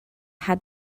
had